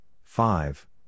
five